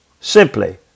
simply